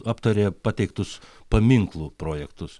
aptaria pateiktus paminklų projektus